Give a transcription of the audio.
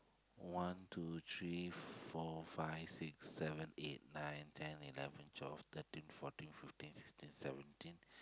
one two three four five six seven eight nine ten eleven twelve thirteen fourteen fifteen sixteen seventeen